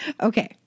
Okay